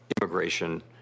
immigration